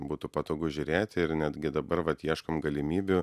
būtų patogu žiūrėti ir netgi dabar vat ieškom galimybių